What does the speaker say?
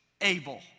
able